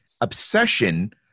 obsession